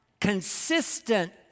consistent